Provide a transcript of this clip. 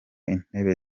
intebe